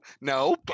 no